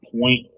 point